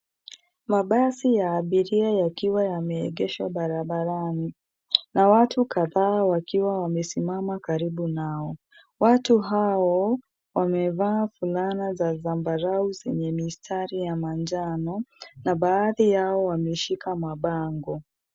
Mabasi ya abiria yakiwa yameegeshwa barabarani na watu kadhaa wakiwa wamesimama karibu nayo. Watu hao wamevaa fulana za zambarau zenye mistari ya manjano, na baadhi yao wameshika mabango.